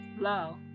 Love